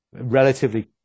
relatively